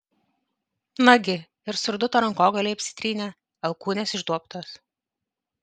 nagi ir surduto rankogaliai apsitrynę alkūnės išduobtos